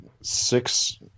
six